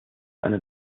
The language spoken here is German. eine